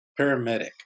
paramedic